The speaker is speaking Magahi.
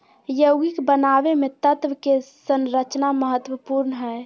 यौगिक बनावे मे तत्व के संरचना महत्वपूर्ण हय